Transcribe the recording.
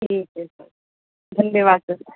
ठीक है सर धन्यवाद सर